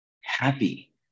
happy